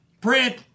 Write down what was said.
Print